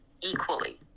equally